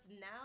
now